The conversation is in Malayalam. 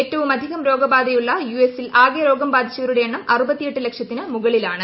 ഏറ്റവുമധികം രോഗബാധിതരുള്ള യു എസിൽ ആകെ രോഗം ബാധിച്ചവരുടെ എണ്ണം അറുപത്തി എട്ട് ലക്ഷത്തിന് മുകളിലാണ്